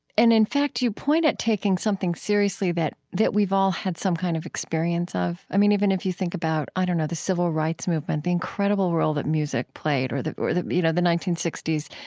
and in fact, you point at taking something seriously that that we've all had some kind of experience of. i mean, even if you think about, i don't know, the civil rights movement, the incredible role that music played. or the or the you know nineteen sixty s,